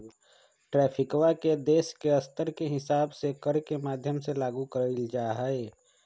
ट्रैफिकवा के देश के स्तर के हिसाब से कर के माध्यम से लागू कइल जाहई